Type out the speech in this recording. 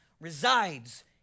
resides